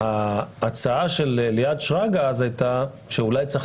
ההצעה של אליעד שרגא אז הייתה שאולי צריך